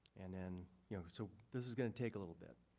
and and you know so this is going to take a little bit.